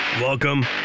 Welcome